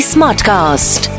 Smartcast